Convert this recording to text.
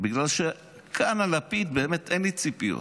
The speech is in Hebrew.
בגלל שמלפיד אין לי ציפיות,